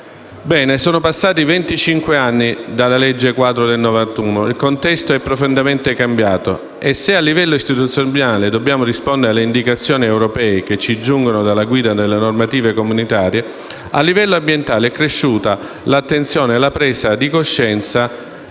anni dall'approvazione della legge quadro del 1991 e il contesto è profondamente cambiato. E se a livello istituzionale dobbiamo rispondere alle indicazioni europee che ci giungono dalla guida delle normative comunitarie, a livello ambientale sono cresciute l'attenzione e la presa di coscienza